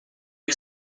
was